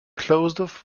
closed